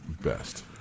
best